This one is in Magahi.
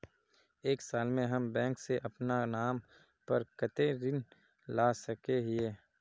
एक साल में हम बैंक से अपना नाम पर कते ऋण ला सके हिय?